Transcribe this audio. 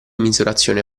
misurazione